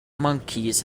monkeys